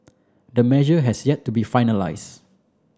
the measure has yet to be finalise